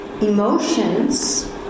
emotions